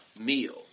meal